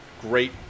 great